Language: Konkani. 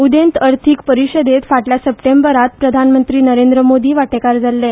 उदेंत अर्थीक परिशदेंत फाटल्या सप्टेंबरांत प्रधानमंत्री नरेंद्र मोदी वांटेकार जाल्ले